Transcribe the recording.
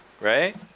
right